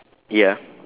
ya